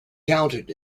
counted